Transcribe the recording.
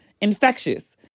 infectious